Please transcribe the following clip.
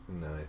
Nice